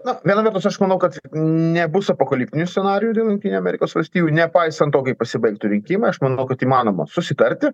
na viena vertus aš manau kad nebus apokaliptinių scenarijų dėl jungtinių amerikos valstijų nepaisant to kaip pasibaigtų rinkimai aš manau kad įmanoma susitarti